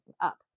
up